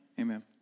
Amen